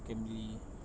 can be